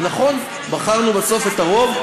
ונכון, בחרנו בסוף את הרוב,